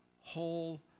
whole